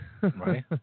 Right